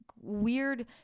weird